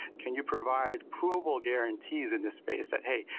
can you provide approval guarantees in the space that hey,